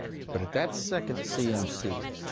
but at that second cmc,